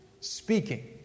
speaking